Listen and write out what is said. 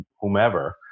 whomever